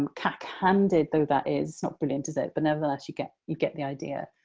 um cack-handed though that is. not brilliant, is it? but nevertheless, you get you get the idea.